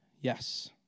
Yes